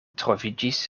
troviĝis